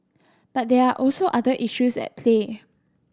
but there are also other issues at play